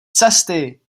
cesty